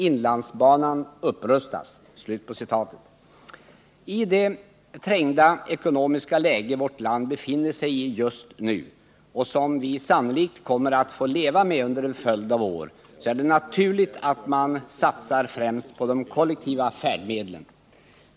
Inlandsbanan upprustas.” I det trängda ekonomiska läge vårt land befinner sig i just nu och som vi sannolikt kommer att få leva med under en följd av år är det naturligt att man satsar främst på de kollektiva färdmedlen.